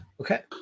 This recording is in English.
okay